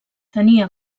tenia